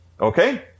okay